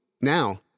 Now